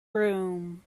groom